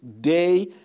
day